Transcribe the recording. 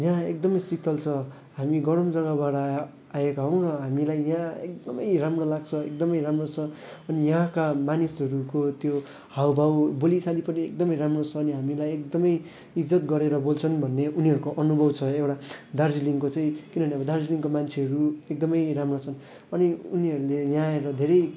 यहाँ एकदमै शीतल छ हामी गरम जग्गाबाट आएका हौँ र हामीलाई यहाँ एकदमै राम्रो लाग्छ एकदमै राम्रो छ अनि यहाँका मानिसहरूको त्यो हाउभाउ बोलीचाली पनि एकदमै राम्रो छ अनि हामीलाई एकदमै इज्जत गरेर बोल्छन् भन्ने उनीहरूको अनुभव छ एउटा दार्जिलिङको चाहिँ किनभने अब दार्जिलिङको मान्छेहरू एकदमै राम्रो छन् अनि उनीहरूले यहाँ आएर धेरै